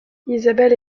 isabelle